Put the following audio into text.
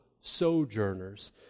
sojourners